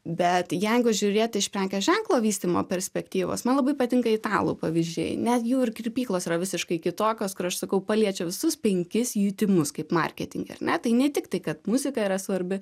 bet jeigu žiūrėti iš prekės ženklo vystymo perspektyvos man labai patinka italų pavyzdžiai net jų ir kirpyklos yra visiškai kitokios kur aš sakau paliečia visus penkis jutimus kaip marketinge ar ne tai ne tiktai kad muzika yra svarbi